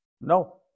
no